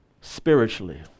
spiritually